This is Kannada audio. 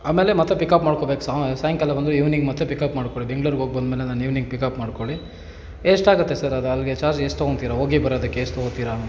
ಆಮೇಲೆ ಮತ್ತೆ ಪಿಕಪ್ ಮಾಡ್ಕೊಬೇಕು ಸಾಯಂಕಾಲ ಬಂದು ಈವ್ನಿಂಗ್ ಮತ್ತೆ ಪಿಕಪ್ ಮಾಡ್ಕೊಳ್ಳಿ ಬೆಂಗ್ಳೂರ್ಗೆ ಹೋಗ್ ಬಂದಮೇಲೆ ನಾನು ಈವ್ನಿಂಗ್ ಪಿಕಪ್ ಮಾಡ್ಕೊಳ್ಳಿ ಎಷ್ಟಾಗುತ್ತೆ ಸರ್ ಅದು ಅಲ್ಲಿಗೆ ಚಾರ್ಜ್ ಎಷ್ಟು ತಗೊತಿರ ಹೋಗಿ ಬರೋದಕ್ಕೆ ಎಷ್ಟು ತಗೊತೀರಾ